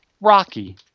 Rocky